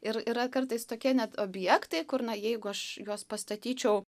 ir yra kartais tokie net objektai kur na jeigu aš juos pastatyčiau